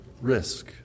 risk